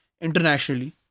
internationally